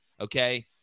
okay